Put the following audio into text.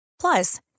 Plus